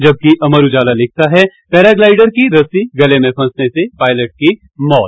जबकि अमर उजाला लिखता है पैराग्लाइडर की रस्सी गले में फंसने से पायलट की मौत